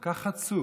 כל כך חצוף,